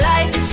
Life